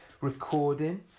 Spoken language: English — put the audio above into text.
recording